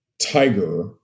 Tiger